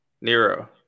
Nero